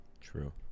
True